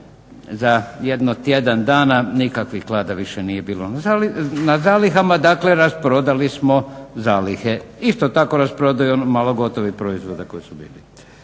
Za jedno tjedan dana nikakvih klada više nije bilo. Na zalihama, dakle rasprodali smo zalihe. Isto tako rasprodaju ono malo gotovih proizvoda koji su bili.